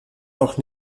noch